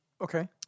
Okay